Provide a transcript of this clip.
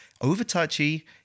over-touchy